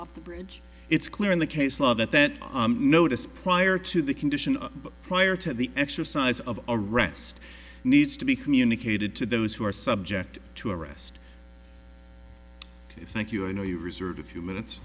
off the bridge it's clear in the case law that that notice prior to the condition of prior to the exercise of arrest needs to be communicated to those who are subject to arrest thank you i know you reserved a few minutes